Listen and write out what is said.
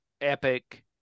Epic